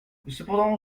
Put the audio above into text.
cependant